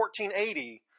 1480